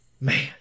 Man